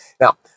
Now